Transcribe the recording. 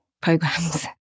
programs